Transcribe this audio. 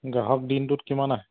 গ্ৰাহক দিনটোত কিমান আহে